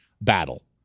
battle